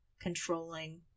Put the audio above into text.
controlling